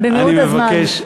כן.